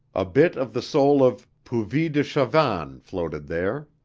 a bit of the soul of puvis de chavannes floated there.